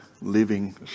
living